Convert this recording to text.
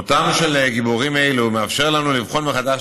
מותם של גיבורים אלה מאפשר לנו לבחון מחדש